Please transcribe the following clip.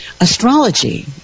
astrology